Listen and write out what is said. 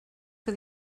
que